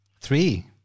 three